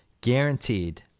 guaranteed